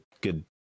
good